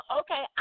okay